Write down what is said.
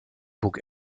book